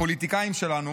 הפוליטיקאים שלנו